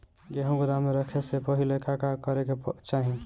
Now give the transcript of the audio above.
गेहु गोदाम मे रखे से पहिले का का करे के चाही?